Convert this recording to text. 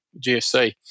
GFC